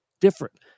different